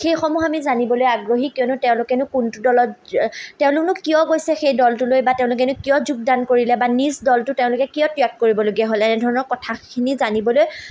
সেইসমূহ আমি জানিবলৈ আগ্ৰহী কিয়নো তেওঁলোকেনো কোনটো দলত তেওঁলোকনো কিয় গৈছে সেই দলটোলৈ বা তেওঁলোকেনো কিয় যোগদান কৰিলে বা নিজ দলটো তেওঁলোকে কিয় ত্য়াগ কৰিবলগীয়া হ'লে এনেধৰণৰ কথাখিনি জানিবলৈ